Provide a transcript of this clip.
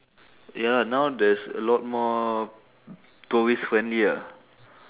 ya lah now there's a lot more tourist friendly ah